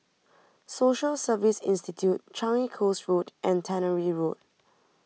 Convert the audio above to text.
Social Service Institute Changi Coast Road and Tannery Road